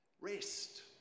Rest